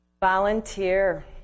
volunteer